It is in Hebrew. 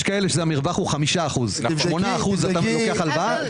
יש כאלה שהמרווח הוא 5%. אתה לוקח הלוואה,